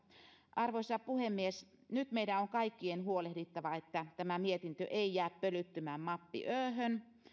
arvoisa puhemies nyt meidän on kaikkien huolehdittava että tämä mietintö ei jää pölyttymään mappi öhön